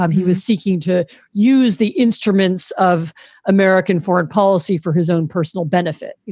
um he was seeking to use the instruments of american foreign policy for his own personal benefit. you